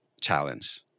challenge